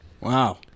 Wow